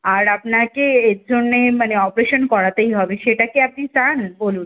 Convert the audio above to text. আর আপনাকে এর জন্যে মানে অপারেশান করাতেই হবে সেটা কি আপনি চান বলুন